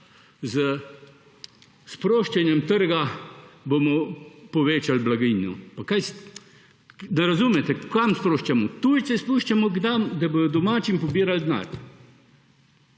s sproščanjem trga povečali blaginjo. Razumete, kam sproščamo? Tujce spuščamo k nam, da bodo domačim pobirali denar.